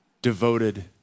devoted